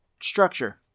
structure